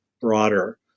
broader